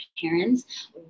parents